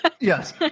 Yes